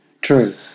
true